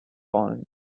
fallen